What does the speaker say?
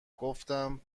گفتم